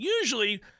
usually